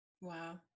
Wow